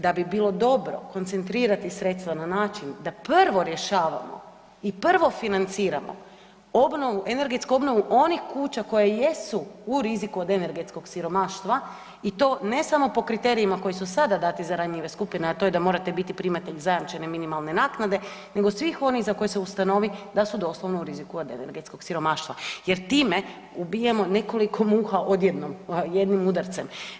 Da bi bilo dobro koncentrirati sredstva na način da prvo rješavamo i prvo financiramo energetsku obnovu onih kuća koje jesu u riziku od energetskog siromaštva i to ne samo po kriterijima koji su sada dati za ranjive skupine, a to je da morate biti primatelj zajamčene minimalne naknade nego svih onih za koje se ustanovi da su doslovno u riziku od energetskog siromaštva jer time ubijemo nekoliko muha odjednom, jednim udarcem.